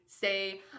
say